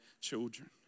children